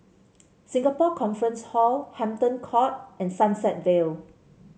Singapore Conference Hall Hampton Court and Sunset Vale